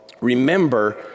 remember